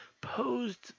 posed